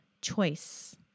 choice